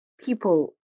people